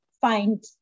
find